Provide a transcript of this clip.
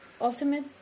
Ultimate